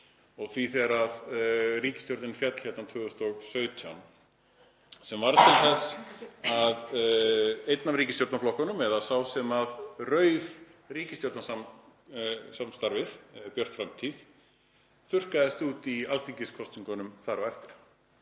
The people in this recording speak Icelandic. og því þegar ríkisstjórnin féll hérna 2017 sem varð til þess að einn af ríkisstjórnarflokkunum, sá sem rauf ríkisstjórnarsamstarfið, Björt framtíð, þurrkaðist út í alþingiskosningunum þar á eftir.